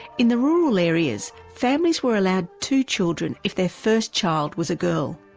in the rural areas families were allowed two children if their first child was a girl.